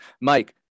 Mike